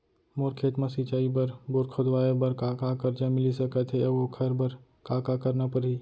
मोर खेत म सिंचाई बर बोर खोदवाये बर का का करजा मिलिस सकत हे अऊ ओखर बर का का करना परही?